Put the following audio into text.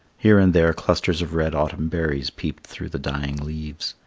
here and there clusters of red autumn berries peeped through the dying leaves.